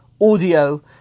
audio